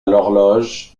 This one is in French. l’horloge